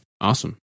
Awesome